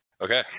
Okay